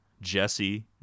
Jesse